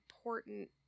important